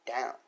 down